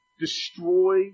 destroy